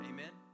Amen